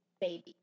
baby